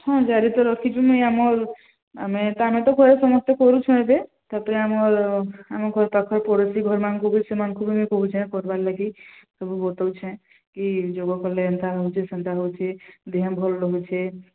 ହଁ ଜାରି ତ ରଖିଛୁ ମୁଁ ଆମେ ଆମେ ତ ଆମେ ତ ଘରେ ସମସ୍ତେ କରୁଛୁ ଏବେ ତାପରେ ଆମ ଆମ ଘର ପାଖରେ ପଡ଼ୋଶୀ ଘରମାନଙ୍କୁ ବି ସେମାନଙ୍କୁ ବି ମୁଁ କହୁଛି କରିବା ଲାଗି ସବୁ କହୁଛିକି ଯୋଗ କଲେ ଏମିତି ହେଉଛି ସେମିତି ହେଉଛି ଦେହ ଭଲ ରହୁୁଛି